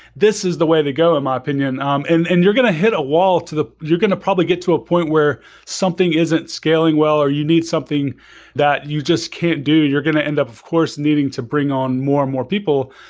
this is the way they go in my opinion. um and and you're going to hit a wall to the you're going to probably get to a point where something isn't scaling well, or you need something that you just can't do. you're going to end up of course needing to bring on more and more people.